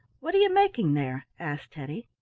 what are you making there? asked teddy.